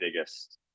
biggest